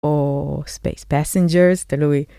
או ספייס פסנג'רס, תלוי.